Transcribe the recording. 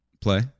play